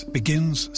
begins